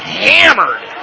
hammered